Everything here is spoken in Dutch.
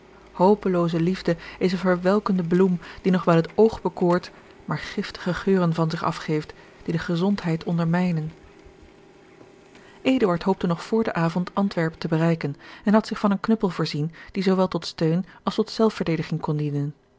hopelooze liefde is een verwelkende bloem die nog wel het oog bekoort maar giftige geuren van zich afgeeft die de gezondheid ondermijnen eduard hoopte nog vr den avond antwerpen te bereiken en had zich van een knuppel voorzien die zoowel tot steun als tot zelfverdediging kon dienen